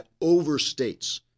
overstates